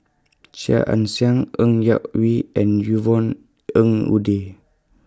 Chia Ann Siang Ng Yak Whee and Yvonne Ng Uhde